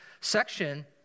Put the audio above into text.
section